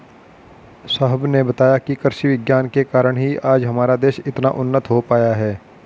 साहब ने बताया कि कृषि विज्ञान के कारण ही आज हमारा देश इतना उन्नत हो पाया है